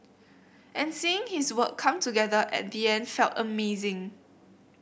and seeing his work come together at the end felt amazing